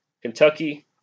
Kentucky